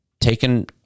taken